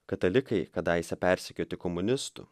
katalikai kadaise persekioti komunistų